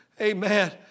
Amen